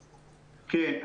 כן.